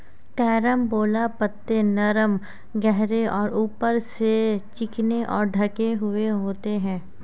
carambola पत्ते नरम गहरे हरे ऊपर से चिकने और ढके हुए होते हैं